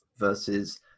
versus